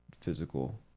physical